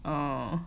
oh